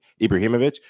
Ibrahimovic